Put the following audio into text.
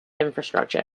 infrastructure